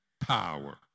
power